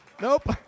Nope